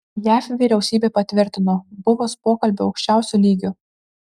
jav vyriausybė patvirtino buvus pokalbio aukščiausiu lygiu